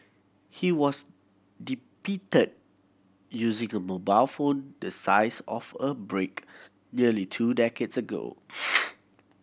he was depicted using a mobile phone the size of a brick nearly two decades ago